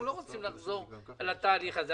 אנחנו לא רוצים לחזור על התהליך הזה.